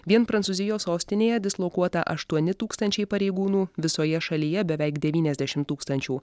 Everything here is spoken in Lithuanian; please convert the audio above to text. vien prancūzijos sostinėje dislokuota aštuoni tūkstančiai pareigūnų visoje šalyje beveik devyniasdešimt tūkstančių